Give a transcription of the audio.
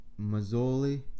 Mazzoli